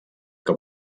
que